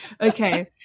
okay